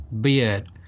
beard